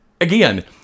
again